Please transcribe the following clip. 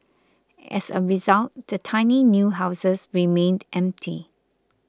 as a result the tiny new houses remained empty